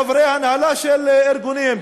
חברי הנהלה של ארגונים,